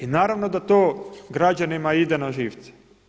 I naravno da to građanima ide na živce.